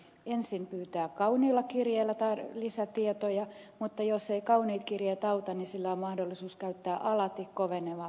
ensin pyytää kauniilla kirjeellä lisätietoja mutta jos eivät kauniit kirjeet auta niin sillä on mahdollisuus käyttää alati kovenevaa uhkasakkoa